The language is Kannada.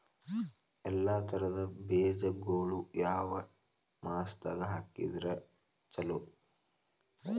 ಎಲ್ಲಾ ತರದ ಬೇಜಗೊಳು ಯಾವ ಮಾಸದಾಗ್ ಹಾಕಿದ್ರ ಛಲೋ?